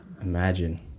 Imagine